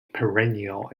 perennial